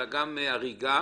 גם הריגה,